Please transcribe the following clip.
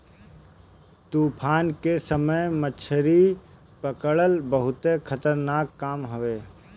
तूफान के समय मछरी पकड़ल बहुते खतरनाक काम हवे